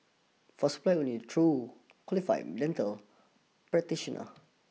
for supply only through qualified dental practitioner